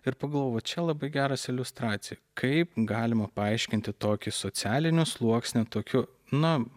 ir pagalvojau čia labai geras iliustracija kaip galima paaiškinti tokį socialinių sluoksnių tokiu na